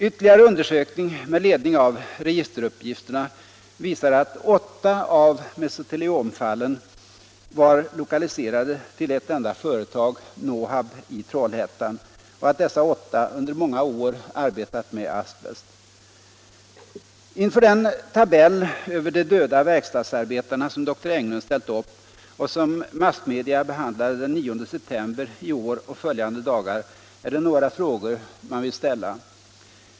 Ytterligare undersökning med ledning av registeruppgifterna visade att åtta av mesoteliomfallen var lokaliserade till ett enda företag, Nohab i Trollhättan, och att dessa åtta under många år hade arbetat med asbest. Inför den tabell över de döda verkstadsarbetarna som dr Englund ställt upp, och som massmedia behandlade den 9 september i år och följande dagar, är det några frågor man vill ställa.